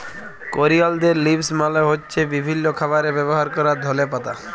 করিয়ালদের লিভস মালে হ্য়চ্ছে বিভিল্য খাবারে ব্যবহার ক্যরা ধলে পাতা